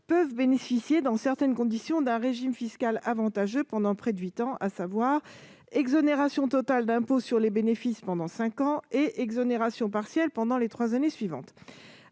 peuvent bénéficier, sous certaines conditions, d'un régime fiscal avantageux pendant près de huit ans : une exonération totale d'impôt sur les bénéfices pendant cinq ans, suivie d'une exonération partielle pendant les trois années suivantes.